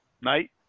night